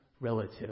relative